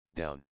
down